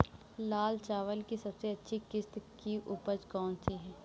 लाल चावल की सबसे अच्छी किश्त की उपज कौन सी है?